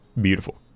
Beautiful